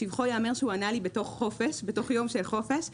לשבחו ייאמר שהוא ענה לי ביום חופש שלו.